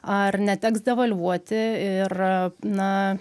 ar neteks devalvuoti ir a na